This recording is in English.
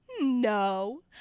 No